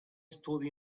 stood